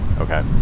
okay